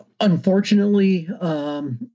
unfortunately